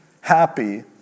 happy